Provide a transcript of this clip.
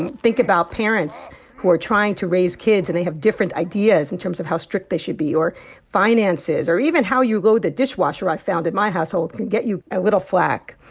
and think about parents who are trying to raise kids, and they have different ideas in terms of how strict they should be or finances. or even how you load the dishwasher, i found in my household, can get you a little flak.